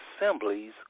assemblies